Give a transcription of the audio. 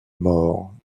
mort